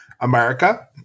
America